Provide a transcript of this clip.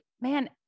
man